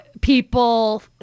people